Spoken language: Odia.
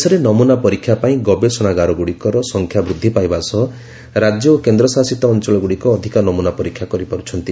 ଦେଶରେ ନମୁନା ପରୀକ୍ଷା ପାଇଁ ଗବେଷଣାଗାରଗୁଡ଼ିକର ସଂଖ୍ୟା ବୃଦ୍ଧି ପାଇବା ସହୁ ରାଜ୍ୟ ଓ କେନ୍ଦ୍ରଶାସିତ ଅଞ୍ଚଳଗୁଡ଼ିକ ଅଧିକ ନମୁନା ପରୀକ୍ଷା କରିପାରୁଛନ୍ତି